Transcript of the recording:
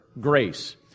grace